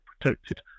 protected